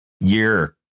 year